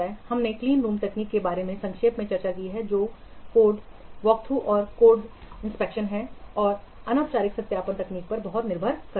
हमने क्लीनरूम तकनीक के बारे में भी संक्षेप में चर्चा की है जो कोड संरचित वॉकथ्रू और या कोड वॉकथ्रू कोड निरीक्षण और औपचारिक सत्यापन तकनीक पर बहुत निर्भर करता है